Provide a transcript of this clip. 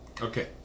Okay